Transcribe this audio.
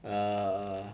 err